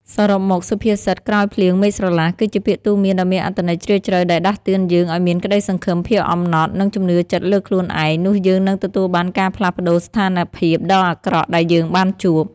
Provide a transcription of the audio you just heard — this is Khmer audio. សរុបមក សុភាសិត «ក្រោយភ្លៀង មេឃស្រឡះ» គឺជាពាក្យទូន្មានដ៏មានអត្ថន័យជ្រាលជ្រៅ ដែលដាស់តឿនយើងឲ្យមាន ក្តីសង្ឃឹម ភាពអំណត់ និងជំនឿចិត្តលើខ្លួនឯងនោះយើងនិងទទួលបានការផ្លាស់ប្តូរស្ថានភាពដ៏អាក្រក់ដែលយើងបានជួប។